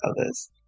others